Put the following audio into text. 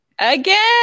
Again